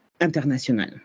international